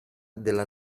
della